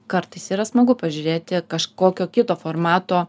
kartais yra smagu pažiūrėti kažkokio kito formato